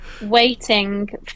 waiting